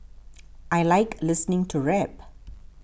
I like listening to rap